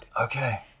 Okay